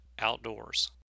outdoors